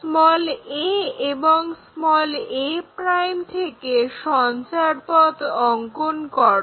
a এবং a' থেকে সঞ্চারপথ অঙ্কন করো